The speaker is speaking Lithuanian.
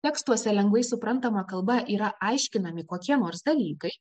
tekstuose lengvai suprantama kalba yra aiškinami kokie nors dalykai